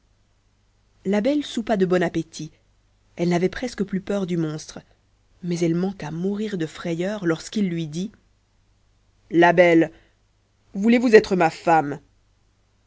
la belle soupa de bon appétit elle n'avait presque plus peur du monstre mais elle manqua mourir de frayeur lorsqu'il lui dit la belle voulez-vous être ma femme